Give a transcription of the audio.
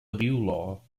law